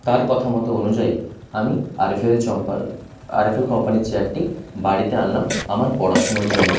তার কথামতো অনুযায়ী আমি আরএফএলের চম্পার আর এফ এল কোম্পানির চেয়ারটি বাড়িতে আনলাম আমার পড়াশুনোর জন্য